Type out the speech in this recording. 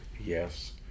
Yes